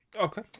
Okay